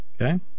okay